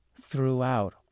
throughout